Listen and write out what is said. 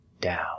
down